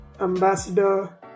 ambassador